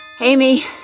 Amy